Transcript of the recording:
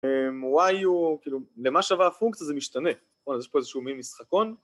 Y הוא.. כאילו למה שווה הפונקציה זה משתנה, יש פה איזשהו מין משחקון